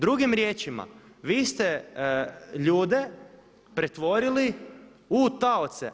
Drugim riječima vi ste ljude pretvorili u taoce.